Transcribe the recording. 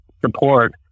support